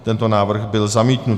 Tento návrh byl zamítnut.